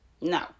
No